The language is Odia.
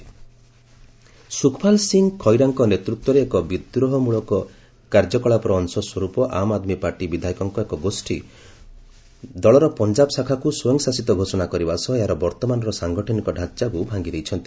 ଏଏପି ପଞ୍ଜାବ ସୁଖପାଲ୍ ସିଂ ଖଇରାଙ୍କ ନେତୃତ୍ୱରେ ଏକ ବିଦ୍ରୋହ ମୂଳକ କାର୍ଯ୍ୟକଳାପର ଅଂଶ ସ୍ୱରୂପ ଆମ୍ ଆଦ୍ମୀ ପାର୍ଟି ବିଧାୟକଙ୍କ ଏକ ଗୋଷୀ ଦଳର ପଞ୍ଜାବ ଶାଖାକୁ ସ୍ୱୟଂ ଶାସିତ ଘୋଷଣା କରିବା ସହ ଏହାର ବର୍ତ୍ତମାନର ସାଂଗଠନିକ ଢାଞ୍ଚାକୁ ଭାଙ୍ଗି ଦେଇଛନ୍ତି